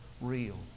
real